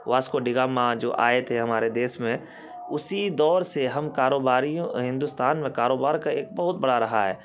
Vasco da Gama جو آئے تھے ہمارے دیش میں اسی دور سے ہم کاروباریوں ہندوستان میں کاروبار کا ایک بہت بڑا رہا ہے